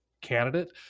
candidate